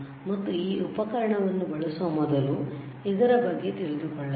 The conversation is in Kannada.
ಮತ್ತು ಈ ಉಪಕರಣವನ್ನು ಬಳಸುವ ಮೊದಲು ಇದರ ಬಗ್ಗೆ ತಿಳಿದುಕೊಳ್ಳಬೇಕು